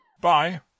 Bye